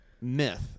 myth